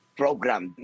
program